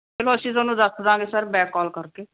ਚੱਲੋ ਅਸੀਂ ਤੁਹਾਨੂੰ ਦੱਸ ਦੇਵਾਂਗੇ ਸਰ ਬੈਕ ਕੌਲ ਕਰਕੇ